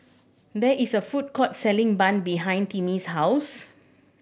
there is a food court selling bun behind Timmy's house